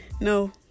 No